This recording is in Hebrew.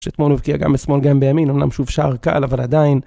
שאתמול הוא הבקיע גם בשמאל גם בימין אמנם שוב שער קל אבל עדיין